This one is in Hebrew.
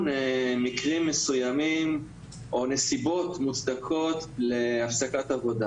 מקרים מסוימים או נסיבות מוצדקות להפסקת עבודה